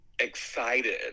excited